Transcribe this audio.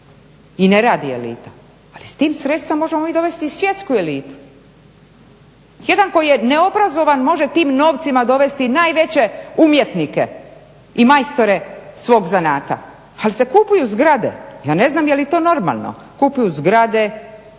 i ne radi elita, ali s tim sredstvima možemo mi dovesti i svjetsku elitu. Jedan koji je neobrazovan može tim novcima dovesti najveće umjetnike i majstore svog zanata. Ali se kupuju zgrade. Ja ne znam je li to normalno, kupuju zgrade,